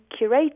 curated